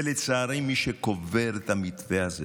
ולצערי מי שקובר את המתווה הזה